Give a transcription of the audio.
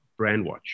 Brandwatch